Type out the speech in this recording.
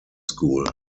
school